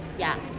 yeah.